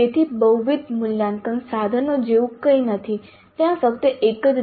તેથી બહુવિધ મૂલ્યાંકન સાધનો જેવું કંઈ નથી ત્યાં ફક્ત એક જ છે